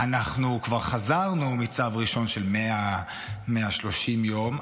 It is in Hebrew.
אנחנו כבר חזרנו מצו ראשון של 100 130 יום,